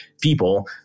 people